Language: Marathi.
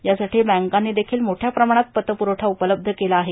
यासाठी बँकांनी देखील मोठ्या प्रमाणात पतपुरवठा उपलब्ध केला आहे